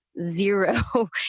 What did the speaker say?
zero